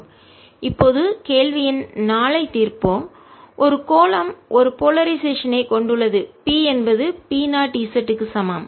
Ez1Ez2 இப்போது கேள்வி எண் 4 ஐத் தீர்ப்போம் ஒரு கோளம் ஒரு போலரைசேஷன் ஐ துருவமுனைப்பு கொண்டுள்ளது P என்பது P0 z க்கு சமம்